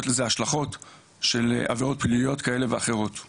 לזה השלכות של עבירות פליליות כאלה ואחרות אנחנו